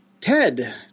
TED